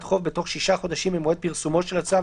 חוב בתוך שישה חודשים ממועד פרסומו של הצו